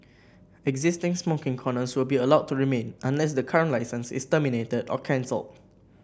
existing smoking corners will be allowed to remain unless the current licence is terminated or cancelled